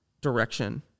direction